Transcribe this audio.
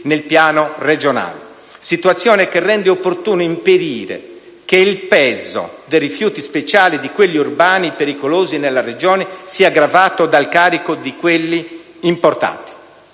nel piano regionale, situazione che rende opportuno impedire che il peso dei rifiuti speciali e di quelli urbani pericolosi nella Regione sia aggravato dal carico di quelli importati.